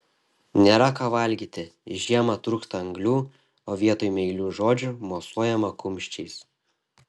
nėra ką valgyti žiemą trūksta anglių o vietoj meilių žodžių mosuojama kumščiais